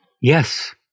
Yes